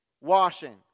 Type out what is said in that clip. washing